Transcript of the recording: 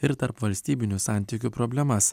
ir tarpvalstybinių santykių problemas